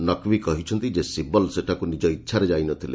ନକ୍ଭୀ କହିଛନ୍ତି ଯେ ଶିବଲ ସେଠାକୁ ନିକ ଇଚ୍ଛାରେ ଯାଇନଥିଲେ